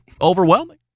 overwhelming